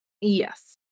yes